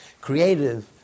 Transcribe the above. creative